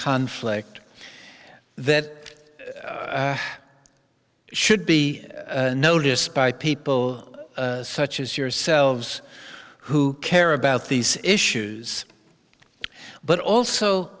conflict that should be noticed by people such as yourselves who care about these issues but also